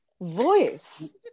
voice